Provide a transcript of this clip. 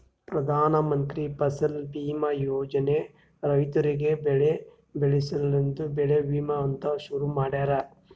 ಪ್ರಧಾನ ಮಂತ್ರಿ ಫಸಲ್ ಬೀಮಾ ಯೋಜನೆ ರೈತುರಿಗ್ ಬೆಳಿ ಬೆಳಸ ಸಲೆಂದೆ ಬೆಳಿ ವಿಮಾ ಅಂತ್ ಶುರು ಮಾಡ್ಯಾರ